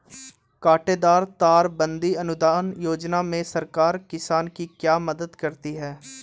कांटेदार तार बंदी अनुदान योजना में सरकार किसान की क्या मदद करती है?